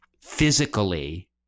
physically